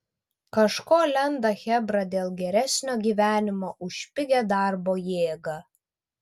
kažko lenda chebra dėl geresnio gyvenimo už pigią darbo jėgą